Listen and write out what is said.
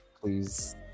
Please